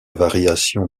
variation